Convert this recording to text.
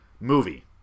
movie